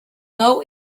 know